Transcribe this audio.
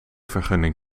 vergunning